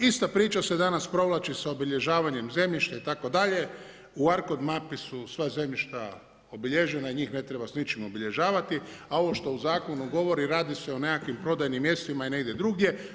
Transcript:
Ista priča se danas provlači sa obilježavanjem zemljišta itd., u Arkod mapi su sva zemljišta obilježena i njih ne treba s ničim obilježavati, a ovo što u zakonu govori, radi se o nekakvim prodajnim mjestima i negdje drugdje.